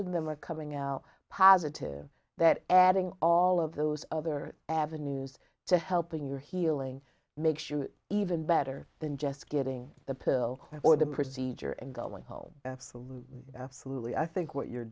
of them are coming out positive that adding all of those other avenues to helping your healing makes you even better than just getting the pill or the procedure and going home absolutely i think what you're